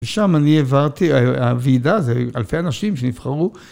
ושם אני העברתי, הוועידה, אלפי אנשים שנבחרו.